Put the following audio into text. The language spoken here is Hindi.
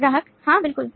ग्राहक हाँ बिलकुल